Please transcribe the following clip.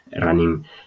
running